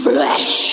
Flesh